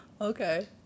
Okay